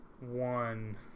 One